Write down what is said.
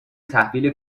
تحویل